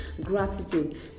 gratitude